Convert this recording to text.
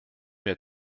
mehr